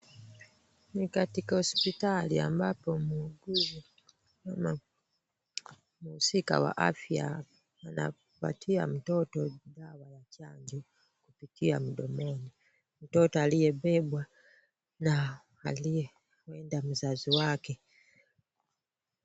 Ni katika hospitali ambapo mhusika wa afya anapatia mtoto dawa ya chanjo kupitia mdomoni. Mtoto aliyebebwa na aliye huenda mzazi wake.